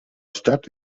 stadt